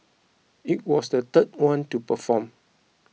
I was the third one to perform